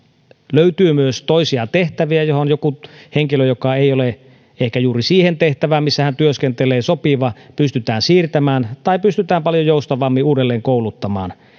löytyy myös toisia tehtäviä joihin joku henkilö joka ei ole ehkä sopiva juuri siihen tehtävään missä hän työskentelee pystytään siirtämään tai pystytään paljon joustavammin uudelleenkouluttamaan